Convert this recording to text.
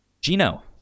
Gino